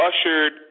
ushered